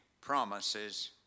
promises